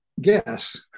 guess